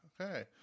okay